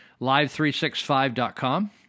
Live365.com